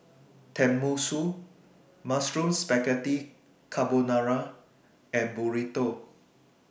Tenmusu Mushroom Spaghetti Carbonara and Burrito